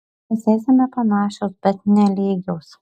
mes esame panašios bet ne lygios